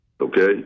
Okay